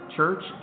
Church